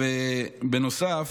בנוסף,